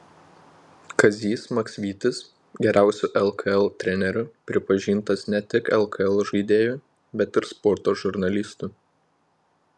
kazys maksvytis geriausiu lkl treneriu pripažintas ne tik lkl žaidėjų bet ir sporto žurnalistų